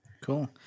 cool